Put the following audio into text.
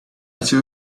still